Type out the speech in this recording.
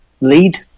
lead